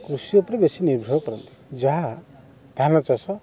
କୃଷି ଉପରେ ବେଶୀ ନିର୍ଭର କରନ୍ତି ଯାହା ଧାନ ଚାଷ